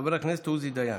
חבר הכנסת עוזי דיין,